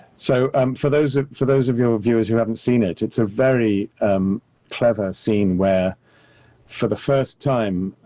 so um for those for those of your viewers who haven't seen it, it's a very um clever scene, where for the first time,